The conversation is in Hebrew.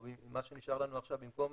או מה שנשאר לנו עכשיו, במקום